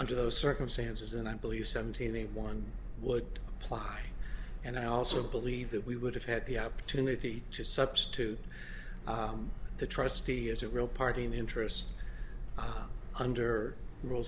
under those circumstances and i believe seventeen one would apply and i also believe that we would have had the opportunity to substitute the trustee as a real party in interest under